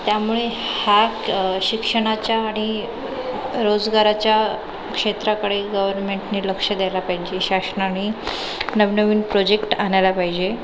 त्यामुळे हा शिक्षणाच्या आणि रोजगाराच्या क्षेत्राकडे गव्हर्मेन्टनी लक्ष द्यायला पाहिजे शासनानी नव नवीन प्रोजेक्ट आणायला पाहिजे